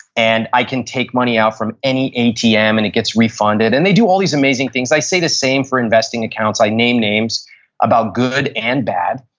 and i can take money out from any atm and it gets refunded, and they do all these amazing things i say the same for investing accounts. i name names about good and bad.